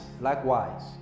Likewise